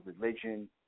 religion